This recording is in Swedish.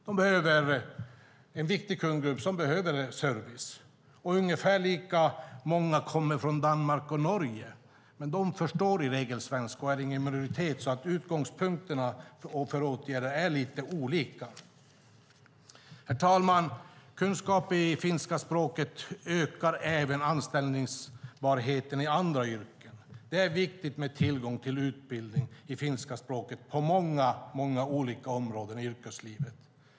Det är en viktig kundgrupp som behöver service. Ungefär lika många kommer från Danmark och Norge, men de förstår i regel svenska, och de är ingen minoritet. Utgångspunkterna för åtgärder är därför lite olika. Herr talman! Kunskap i finska språket ökar alltså även anställbarheten i andra yrken. Det är viktigt med tillgång till utbildning i finska språket på många olika områden i yrkeslivet.